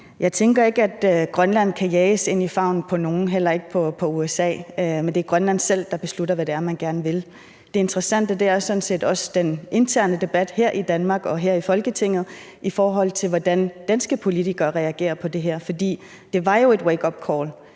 Jeg tænker ikke, at Grønland kan jages ind i favnen på nogen, heller ikke på USA, men det er Grønland selv, der beslutter, hvad det er, man gerne vil. Det interessante er sådan set også den interne debat her i Danmark og her i Folketinget i forhold til, hvordan danske politikere reagerer på det her. For det var jo et wakeupcall,